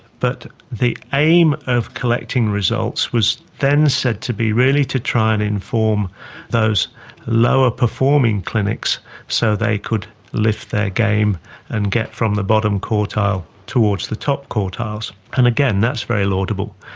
but the aim of collecting results was then said to be really to try and inform those lower performing clinics so they could lift their game and get from the bottom quartile towards the top quartiles. and again, that's very laudable.